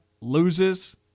loses